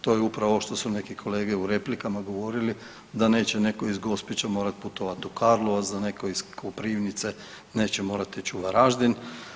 To je upravo ovo što su neki kolege u replikama govorili, da neće netko iz Gospića morati putovati u Karlovac, da netko iz Koprivnice neće morati ići u Varaždin.